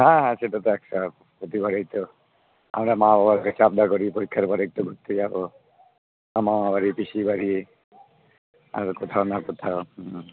হ্যাঁ হ্যাঁ সেটা তো একশোবার প্রতিবারেই তো আমরা মা বাবার কাছে আবদার করি পরীক্ষার পর একটু ঘুরতে যাবো মামা বাড়ি পিসির বাড়ি আর কোথাও না কোথাও হুম